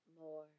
more